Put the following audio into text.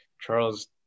Charles